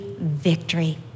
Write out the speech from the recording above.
victory